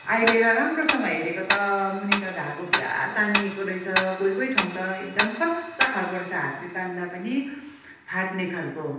अहिले त राम्रोसँगले हेरेको त मुनि त धागो पुरा तानिएको रहेछ कोही कोही ठाउँ त एकदम कच्चा खालको रहेछ हातले तान्दा पनि फाट्ने खालको